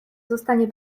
zostanie